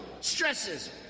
stresses